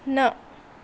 न